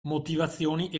motivazioni